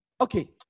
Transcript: okay